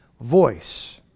voice